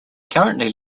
currently